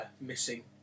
missing